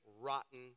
rotten